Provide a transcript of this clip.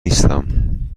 نیستم